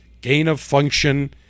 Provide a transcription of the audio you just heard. gain-of-function